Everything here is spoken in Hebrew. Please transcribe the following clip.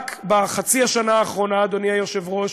רק בחצי השנה האחרונה, אדוני היושב-ראש,